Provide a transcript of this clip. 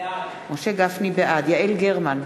בעד יעל גרמן,